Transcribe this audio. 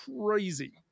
crazy